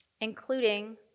including